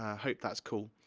hope that's cool.